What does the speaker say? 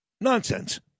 nonsense